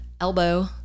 elbow